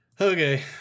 Okay